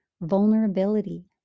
vulnerability